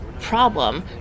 problem